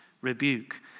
rebuke